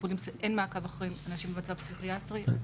אין מעקב אחרי אנשים במעקב פסיכיאטרי.